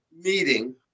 meeting